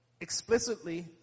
explicitly